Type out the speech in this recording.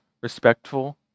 respectful